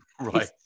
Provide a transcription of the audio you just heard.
Right